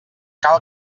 cal